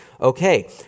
Okay